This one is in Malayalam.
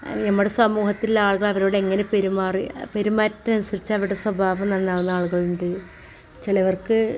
നമ്മുടെ സമൂഹത്തിൽ ആളുകൾ അവരോട് എങ്ങനെ പെരുമാറി പെരുമാറ്റം അനുസരിച്ച് അവരുടെ സ്വഭാവം നന്നാവുന്ന ആളുകൾ ഉണ്ട് ചിലർക്ക്